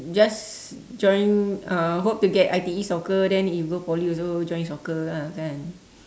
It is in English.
just join uh hope to get I_T_E soccer then you go poly also join soccer ah kan